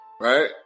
right